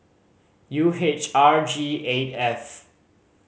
U H R G eight F